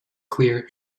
clear